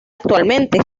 actualmente